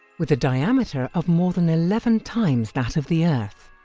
with a diameter of more than eleven times that of the earth.